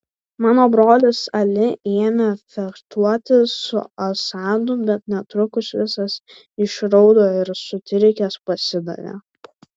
mano brolis ali ėmė fechtuotis su asadu bet netrukus visas išraudo ir sutrikęs pasidavė